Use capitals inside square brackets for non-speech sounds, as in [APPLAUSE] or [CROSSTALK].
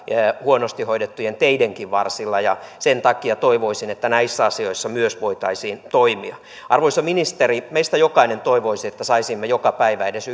huonosti hoidettujen teidenkin varsilla ja sen takia toivoisin että näissä asioissa myös voitaisiin toimia arvoisa ministeri meistä jokainen toivoisi että saisimme joka päivä edes [UNINTELLIGIBLE]